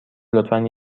لطفا